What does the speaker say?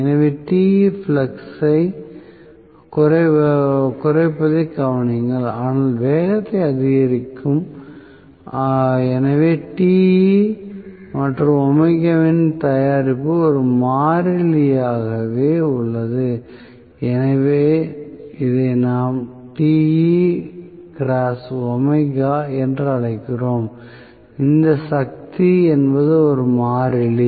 எனவே Te பிளஸைக் குறைப்பதைக் கவனியுங்கள் ஆனால் வேகத்தை அதிகரிக்கும் எனவே Te மற்றும் வின் தயாரிப்பு ஒரு மாறிலியாகவே உள்ளது எனவே இதை நாம் என்று அழைக்கிறோம் இந்த சக்தி என்பது ஒரு மாறிலி